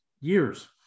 years